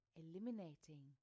eliminating